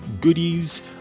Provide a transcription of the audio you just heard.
goodies